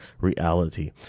reality